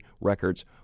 records